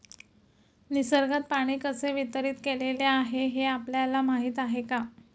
निसर्गात पाणी कसे वितरीत केलेले आहे हे आपल्याला माहिती आहे का?